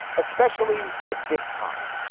especially at this time,